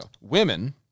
women